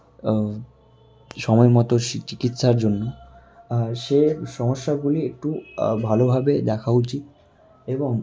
সময়মতো চিকিৎসার জন্য সে সমস্যাগুলি একটু ভালোভাবে দেখা উচিত এবং